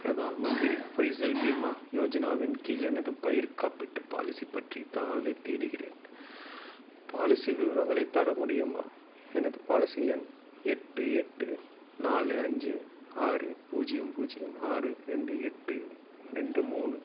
பிரதான் மந்திரி ஃபாசல் பீமா யோஜனாவின் கீழ் எனது பயிர்க் காப்பீட்டு பாலிசி பற்றி தகவலைத் தேடுகிறேன் பாலிசி விவரங்களைத் தர முடியுமா எனது பாலிசி எண் எட்டு எட்டு நாலு அஞ்சு ஆறு பூஜ்ஜியம் பூஜ்ஜியம் ஆறு ரெண்டு எட்டு ரெண்டு மூணு